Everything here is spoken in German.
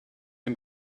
dem